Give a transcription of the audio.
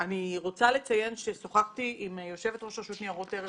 אני רוצה לציין ששוחחתי עם יושבת ראש רשות ניירות ערך,